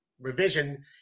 revision